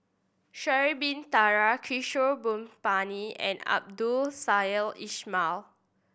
Sha'ari Bin Tadin Kishore Mahbubani and Abdul Samad Ismail